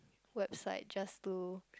website just to